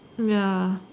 mm ya